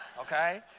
okay